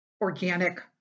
organic